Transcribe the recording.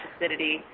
acidity